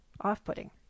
off-putting